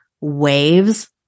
waves